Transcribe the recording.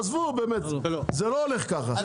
עזבו באמת זה לא הולך ככה,